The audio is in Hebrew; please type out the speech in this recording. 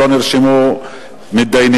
לא נרשמו מתדיינים.